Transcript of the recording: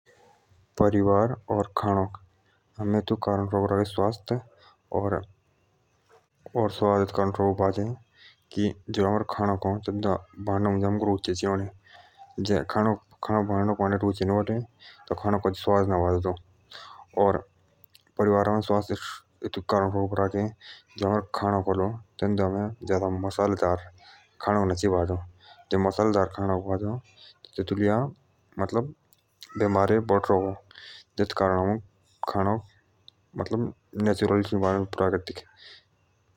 परिवार और खाना हमें इतुक कारण शकों राखे स्वस्थ की हामूक सबसे आगे खाना बनाने मुजा रुचि चे ही हडै जे अओमक रुचि ना हाले तबे खाना अच्छों ना बाजो खाना आमुख प्रकृति चे ही बढ़नो क्योंकि तेतो लिया हामैं स्वस्थ रहो।